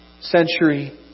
century